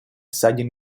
seigien